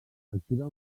activa